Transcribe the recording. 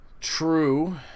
True